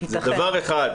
זה דבר אחד,